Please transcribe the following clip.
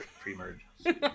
pre-merge